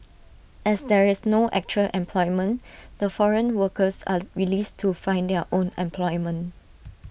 as there is no actual employment the foreign workers are released to find their own employment